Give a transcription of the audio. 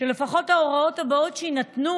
שלפחות ההוראות הבאות שיינתנו,